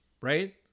Right